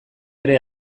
ere